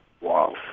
Wow